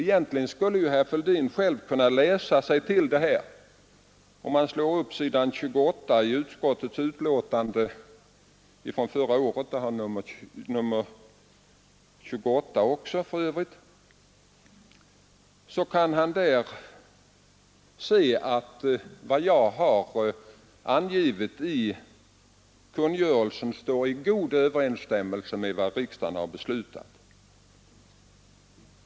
Egentligen skulle herr Fälldin själv kunna läsa sig till detta. Om han slår upp s. 28 i inrikesutskottets betänkande förra året, som för övrigt också har nr 28, kan han där se att vad som angivits i kungörelsen står i god överensstämmelse med vad riksdagen beslutat.